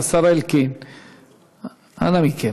בהתנדבות,